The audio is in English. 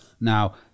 now